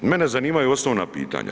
Mene zanimaju osnovna pitanja.